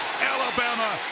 Alabama